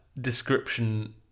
description